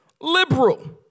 liberal